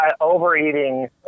Overeating